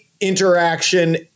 interaction